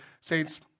Saints